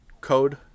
code